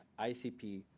ICP